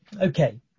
Okay